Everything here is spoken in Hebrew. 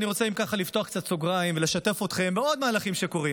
אני רוצה אם ככה לפתוח סוגריים ולשתף אתכם בעוד מהלכים שקורים,